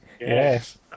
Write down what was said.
Yes